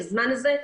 בזמן הזה,